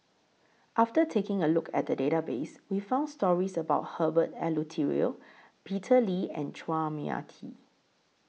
after taking A Look At The Database We found stories about Herbert Eleuterio Peter Lee and Chua Mia Tee